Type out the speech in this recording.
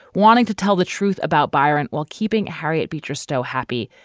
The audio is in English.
wanting to tell the truth about byron while keeping harriet beecher stowe happy.